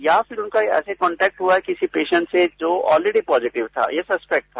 या फिर उनका ऐसा कॉन्टेक्ट हुआ है किसी पेशेंट से जो ऑलरेडी पॉजिटिव था या सस्पेक्ट था